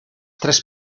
tres